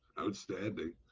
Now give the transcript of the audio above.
Outstanding